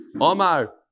Omar